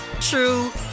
true